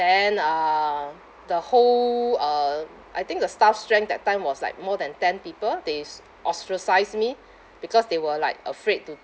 then uh the whole uh I think the staff strength that time was like more than ten people theys ostracise me because they were like afraid to